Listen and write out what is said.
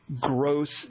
Gross